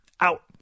Out